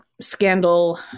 scandal